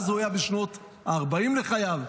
אז הוא היה בשנות ה-40 לחייו,